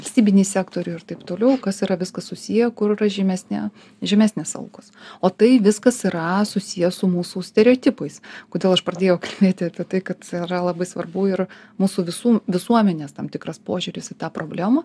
valstybinį sektorių ir taip toliau kas yra viskas susiję kur yra žymesne žemesnės algos o tai viskas yra susiję su mūsų stereotipais kodėl aš pradėjau kalbėti apie tai kad yra labai svarbu ir mūsų visų visuomenės tam tikras požiūris į tą problemą